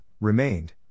remained